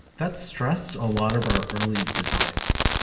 that's stressed a lot of our early designs.